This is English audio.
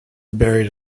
buried